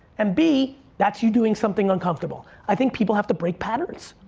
and b, that's you doing something uncomfortable. i think people have to break patterns.